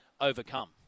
overcome